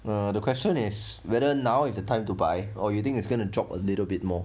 the question is whether now is the time to buy or you think it's going to drop a little bit more